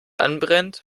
anbrennt